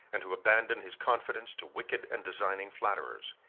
and to abandon his confidence to wicked and designing flatterers.